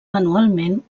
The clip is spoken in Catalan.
manualment